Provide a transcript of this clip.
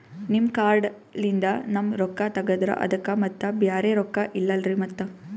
ನಿಮ್ ಕಾರ್ಡ್ ಲಿಂದ ನಮ್ ರೊಕ್ಕ ತಗದ್ರ ಅದಕ್ಕ ಮತ್ತ ಬ್ಯಾರೆ ರೊಕ್ಕ ಇಲ್ಲಲ್ರಿ ಮತ್ತ?